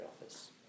office